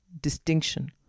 distinction